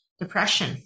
depression